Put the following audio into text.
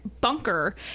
bunker